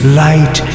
light